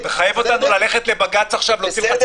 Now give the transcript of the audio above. אבל רק אם לא ניתן לעשות את זה באמצעים דיגיטליים.